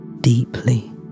deeply